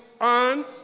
on